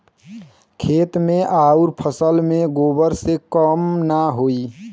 खेत मे अउर फसल मे गोबर से कम ना होई?